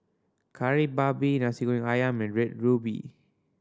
Kari Babi Nasi Goreng Ayam and Red Ruby